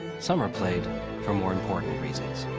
some are played for more important reasons.